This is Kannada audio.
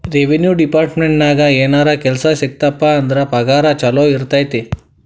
ರೆವೆನ್ಯೂ ಡೆಪಾರ್ಟ್ಮೆಂಟ್ನ್ಯಾಗ ಏನರ ಕೆಲ್ಸ ಸಿಕ್ತಪ ಅಂದ್ರ ಪಗಾರ ಚೊಲೋ ಇರತೈತಿ